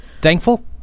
thankful